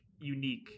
unique